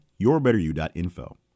yourbetteryou.info